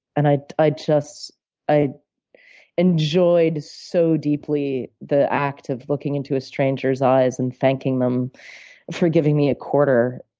and i i just i enjoyed so deeply the act of looking into a stranger's eyes and thanking them for giving me a quarter,